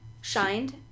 Shined